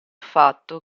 fatto